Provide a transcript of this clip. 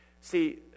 See